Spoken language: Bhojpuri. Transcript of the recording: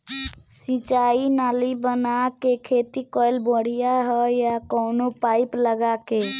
सिंचाई नाली बना के खेती कईल बढ़िया ह या कवनो पाइप लगा के?